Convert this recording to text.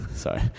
sorry